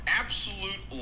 absolute